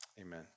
amen